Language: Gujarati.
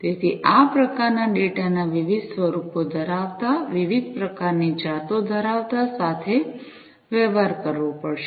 તેથી આ પ્રકારના ડેટાના વિવિધ સ્વરૂપો ધરાવતા વિવિધ પ્રકારની જાતો ધરાવતા સાથે વ્યવહાર કરવો પડશે